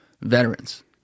veterans